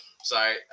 Sorry